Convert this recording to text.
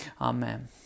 Amen